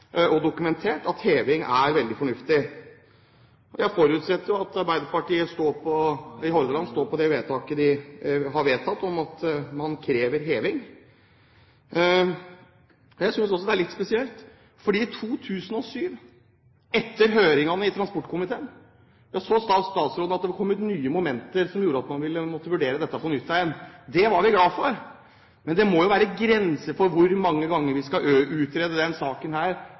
og dokumentert at heving er veldig fornuftig. Jeg forutsetter jo at Arbeiderpartiet i Hordaland står på det vedtaket de har gjort, om at man krever heving. Jeg synes også det er litt spesielt, for i 2007, etter høringene i transportkomiteen, sa statsråden at det var kommet nye momenter som gjorde at man måtte vurdere dette på nytt igjen. Det var vi glad for. Men det må jo være grenser for hvor mange ganger vi skal utrede denne saken